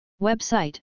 Website